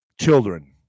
children